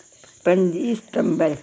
पंजी सित्मबर